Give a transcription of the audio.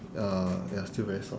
uh ya still very soft